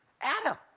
Adam